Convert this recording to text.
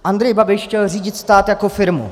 Andrej Babiš chtěl řídit stát jako firmu.